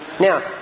Now